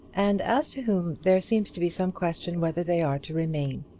and as to whom there seems to be some question whether they are to remain.